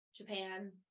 Japan